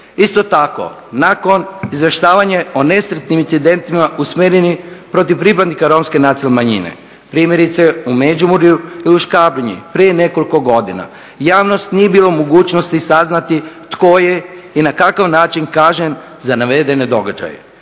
Isto tako, nakon izvještavanja o nesretnim incidentima usmjerenim protiv pripadnika Romske nacionalne manjine, primjerice u Međimurju ili u Škabrnji prije nekoliko godina, javnost nije bila u mogućnosti saznati tko je i na kakav način kažnjen za navedene događaje.